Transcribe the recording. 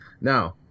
Now